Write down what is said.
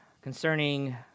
concerning